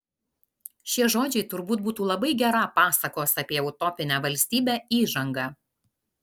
šie žodžiai turbūt būtų labai gera pasakos apie utopinę valstybę įžanga